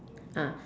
ah